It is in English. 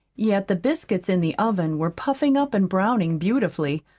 yet the biscuits in the oven were puffing up and browning beautifully,